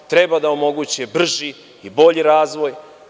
Treba da omogući brži i bolji razvoj.